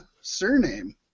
surname